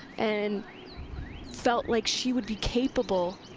and felt like she'd be capable